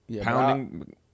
pounding